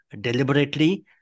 deliberately